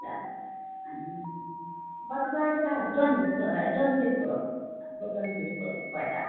बटाट घाल दोन कील पुरो दोन कील पुरो बटाट